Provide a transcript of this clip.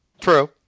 True